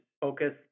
focus